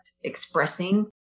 expressing